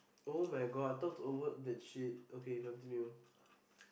[oh]-my-god I thought it's over the shit okay continue